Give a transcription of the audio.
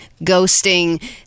ghosting